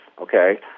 okay